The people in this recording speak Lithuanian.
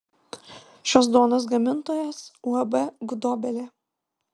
šios duonos gamintojas uab gudobelė